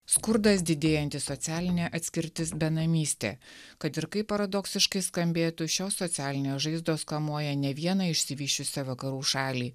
skurdas didėjanti socialinė atskirtis benamystė kad ir kaip paradoksiškai skambėtų šios socialinės žaizdos kamuoja ne vieną išsivysčiusią vakarų šalį